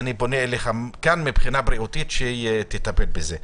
אני פונה אליך מכאן שתטפל בזה מבחינה בריאותית.